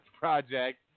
Project